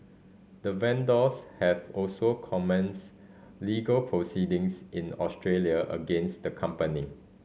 the vendors have also commenced legal proceedings in Australia against the company